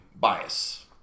bias